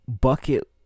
bucket